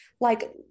like-